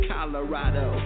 Colorado